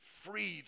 freedom